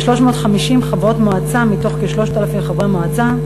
ו-350 חברות מועצה מתוך כ-3,000 חברי מועצה.